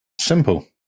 Simple